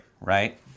right